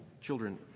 children